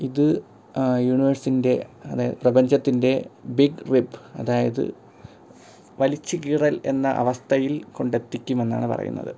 ഇത് യൂണിവേഴ്സിൻ്റെ അതായത് പ്രപഞ്ചത്തിൻ്റെ ബിഗ് വിഡ്ത് അതായത് വലിച്ച് കീറൽ എന്ന അവസ്ഥയിൽ കൊണ്ടെത്തിക്കുമെന്നാണ് പറയുന്നത്